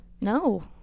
No